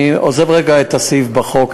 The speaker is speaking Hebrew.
אני עוזב רגע את הסעיף בחוק,